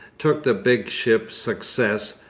took the big ship success,